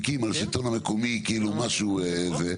השלטון המקומי כאילו משהו זה,